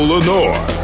Lenore